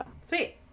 Sweet